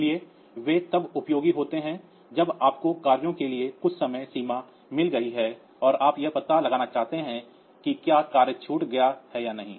इसलिए वे तब उपयोगी होते हैं जब आपको कार्यों के लिए कुछ समय सीमा मिल गई है और आप यह पता लगाना चाहते हैं कि क्या कार्य छूट गया है या नहीं